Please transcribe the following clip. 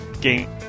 game